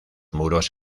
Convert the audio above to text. muros